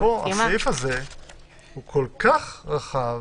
הסעיף הזה הוא כל כך רחב.